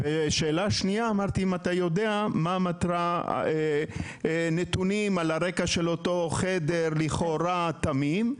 שאלה שנייה האם אתה יודע נתונים על הרקע של אותו חדר לכאורה תמים,